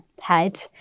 head